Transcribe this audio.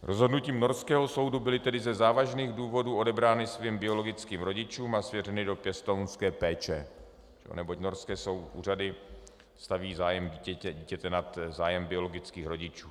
Rozhodnutím norského soudu byly tedy ze závažných důvodů odebrány svým biologickým rodičům a svěřeny do pěstounské péče, neboť norské úřady staví zájem dítěte nad zájem biologických rodičů.